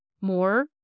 more